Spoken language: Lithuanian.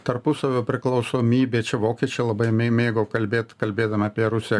tarpusavio priklausomybė čia vokiečiai labai mėgo kalbėt kalbėdami apie rusiją